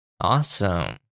Awesome